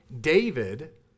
David